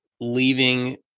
leaving